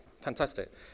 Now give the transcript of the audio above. fantastic